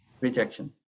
rejection